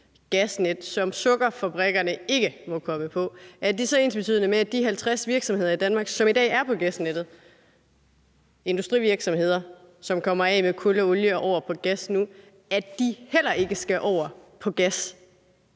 gasnet, som sukkerfabrikkerne ikke må komme på, er det så ensbetydende med, at de 50 virksomheder i Danmark, som i dag er på gasnettet – de industrivirksomheder, som kommer af med kul og olie og over på gas nu – heller ikke skal over på gas?